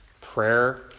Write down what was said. prayer